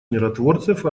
миротворцев